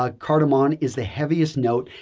ah cardamom is the heaviest note.